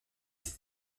sept